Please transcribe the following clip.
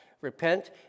Repent